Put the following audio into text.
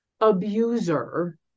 abuser